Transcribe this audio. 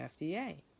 FDA